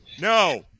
No